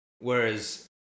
Whereas